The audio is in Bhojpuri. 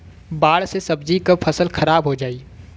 बाढ़ से सब्जी क फसल खराब हो जाई